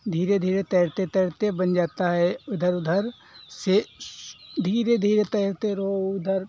धीरे धीरे तैरते तैरते बन जाता है उधर उधर से धीरे धीरे तैरते रहो इधर